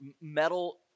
metal